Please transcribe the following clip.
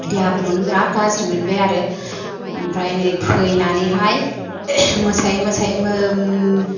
देहाफोरखौनो बिराथ गाज्रि मोनबाय आरो ओमफ्राय नै फैनानैहाय मोसायै मोसायै